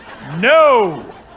no